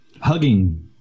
hugging